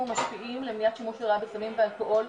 ומשפיעים למניעת שימוש לרעה בסמים ואלכוהול.